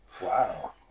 Wow